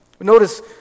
Notice